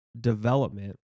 development